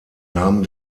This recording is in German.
nahm